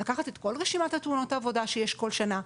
אפשר לקחת את כול רשימת תאונות העבודה שיש כול שנה,